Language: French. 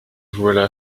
voilà